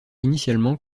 initialement